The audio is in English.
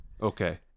Okay